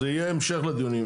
יהיה המשך לדיון הזה.